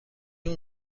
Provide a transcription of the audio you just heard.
اون